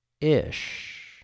ish